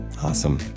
Awesome